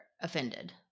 offended